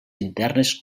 internes